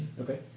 Okay